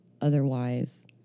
Otherwise